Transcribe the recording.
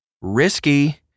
Risky